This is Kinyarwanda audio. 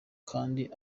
kandi